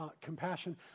compassion